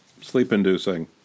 sleep-inducing